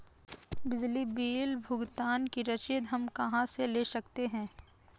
बिजली बिल भुगतान की रसीद हम कहां से ले सकते हैं?